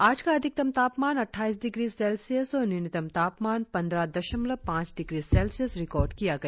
आज का अधिकतम तापमान अटठाईस डिग्री सेल्सियस और न्यूनतम तापमान पंद्रह दशमलव पांच डिग्री सेल्सियस रिकार्ड किया गया